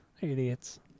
idiots